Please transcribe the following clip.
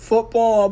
Football